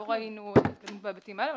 -- לא ראינו אכיפה בהיבטים האלה,